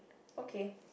okay